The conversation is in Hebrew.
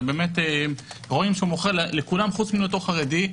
ובאמת רואים שהוא מוכר לכולם מלבד אותו חרדי.